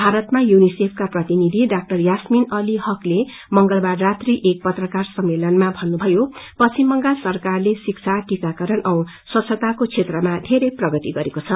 भारतमा युनिसेफका प्रतिनिधि डा यस्मीन अली हकले मंगलवार रात्री एक पत्रकार सम्मेलनमा भन्नुभयो पब सरकारले शिक्षा टीकाकरण औ स्वच्छतको क्षेत्रमा धेरै प्रगति गरेको छ